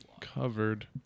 Covered